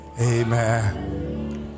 Amen